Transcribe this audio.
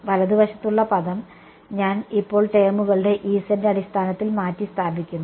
വലതുവശത്തുള്ള പദം ഞാൻ ഇപ്പോൾ ടേമുകളുടെ അടിസ്ഥാനത്തിൽ മാറ്റിസ്ഥാപിക്കുന്നു